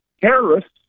terrorists